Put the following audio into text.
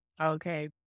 Okay